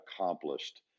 accomplished